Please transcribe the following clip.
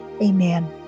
Amen